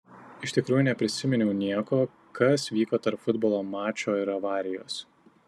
iš tikrųjų neprisiminiau nieko kas vyko tarp futbolo mačo ir avarijos